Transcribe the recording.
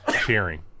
cheering